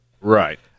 Right